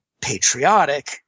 patriotic